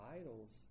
idols